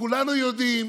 שכולנו יודעים